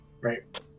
Right